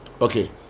okay